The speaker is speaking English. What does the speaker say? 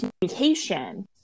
communication